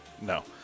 No